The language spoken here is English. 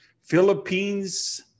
Philippines